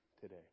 today